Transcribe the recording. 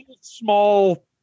small